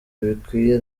bikwiye